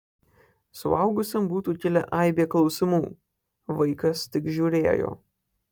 suaugusiam būtų kilę aibė klausimų vaikas tik žiūrėjo